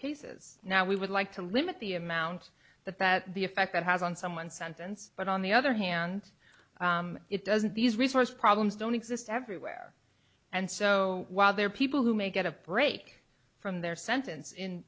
cases now we would like to limit the amount that that the effect that has on some one sentence but on the other hand it doesn't these resource problems don't exist everywhere and so while there are people who may get a break from their sentence in